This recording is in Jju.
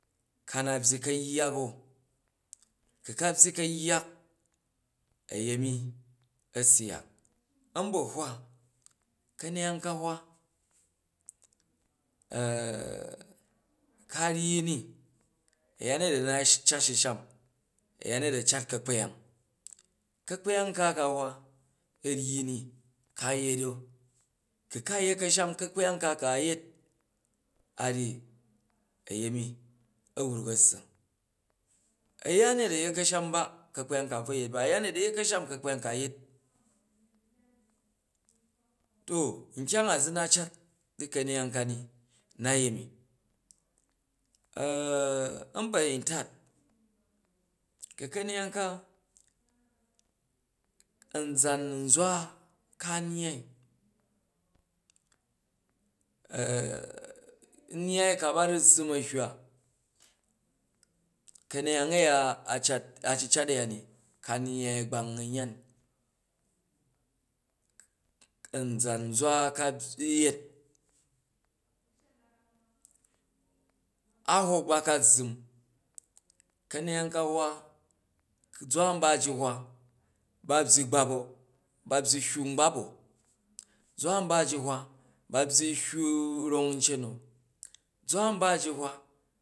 Ka na̱ byyi kayyak o, ku ka byyi ka̱yyak a̱yemi a syak a̱mbohwa̱ ka̱nyang ka hwa ka ryyi ni, a̱yamet a̱ na cat shusham a̱yanet a̱cat ka̱kpyang, ka̱kpyang nka ka hwa a̱ ryyi ni ka yet o? Ku ka yet kasham ka̱kpyang nka ka a̱ yet a̱ ryyi a̱yemi a̱ wruk a̱ syeng, a̱yanet a̱ yet ka̱rham ba, ka̱kpyang ka a̱ bvo yet ba, a̱yanet a̱yet ka̱rham ka̱kpyang ka a̱bvo man yet. To nkyang a za na cat di ka̱neyang ka ni nayemi a̱mbayintat, ku ka̱reyang ka a̱nzan zwa ka nnyyai nyai ka ba du zzum a̱ hywa, ka̱neyang a̱ya ka ryyai a̱gɓang a̱wyan, an zan zwa ka by yet, a hok ba ka zzum, ka̱neyang ka hwa, ba byyi gbap o! Ba bygi gyud ngbab o, zwa nbaji hwa ba byyi hyua rong ncen o, zwa nba ji hwa.